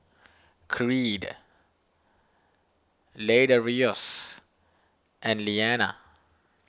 Creed Ladarius and Liana